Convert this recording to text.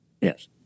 Yes